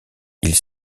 ils